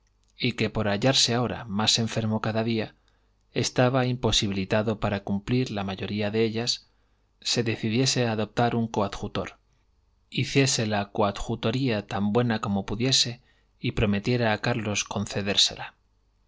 y que por hallarse ahora más enfermo cada día estaba imposibilitado para cumplir la mayoría de ellas se decidiese a adoptar un coadjutor hiciese la coadjutoría tan buena como pudiese y prometiera a carlos concedérsela